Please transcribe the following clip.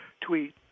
tweet